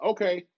Okay